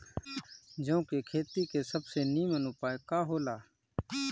जौ के खेती के सबसे नीमन उपाय का हो ला?